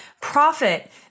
profit